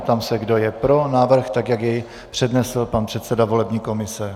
Ptám se, kdo je pro návrh, jak jej přednesl předseda volební komise.